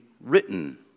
written